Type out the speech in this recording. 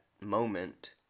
moment